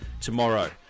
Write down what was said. tomorrow